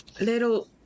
little